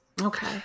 okay